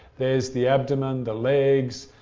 there's the abdomen, the legs,